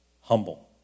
humble